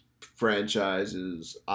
franchises